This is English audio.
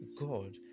God